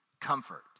comfort